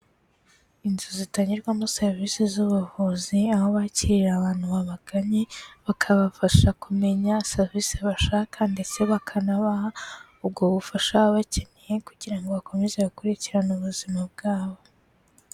Inzu zitangirwamo serivisi z'ubuvuzi aho bakira abantu babagannye, bakabafasha kumenya serivisi bashaka ndetse bakanabaha ubwo bufasha baba bakeneye kugira ngo bakomeze bakurikirane ubuzima bwabo.